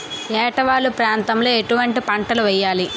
ఏటా వాలు ప్రాంతం లో ఎటువంటి పంటలు వేయాలి?